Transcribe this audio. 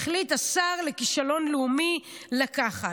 החליט השר לכישלון לאומי לקחת.